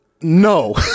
No